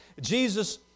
Jesus